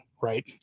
right